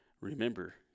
remember